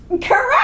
Correct